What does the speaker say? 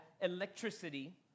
electricity